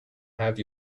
have